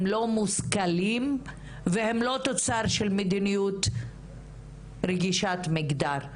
הם לא מושכלים והם לא תוצר של מדיניות רגישת מגדר.